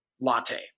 latte